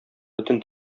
бөтен